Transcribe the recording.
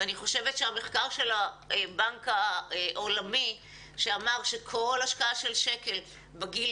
יש את המחקר של הבנק העולמי שאמר שכל השקעה של שקל בגיל